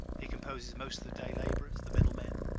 he composes most of the day-laborers, the middle men,